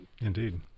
Indeed